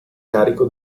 carico